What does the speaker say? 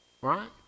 right